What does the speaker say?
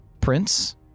prince